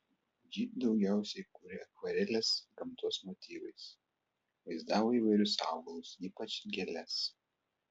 ji daugiausiai kūrė akvareles gamtos motyvais vaizdavo įvairius augalus ypač gėles